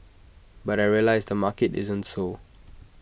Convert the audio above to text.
but I realised the market isn't so